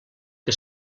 que